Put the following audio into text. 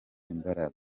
imbaraga